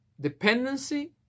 dependency